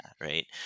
right